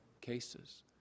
cases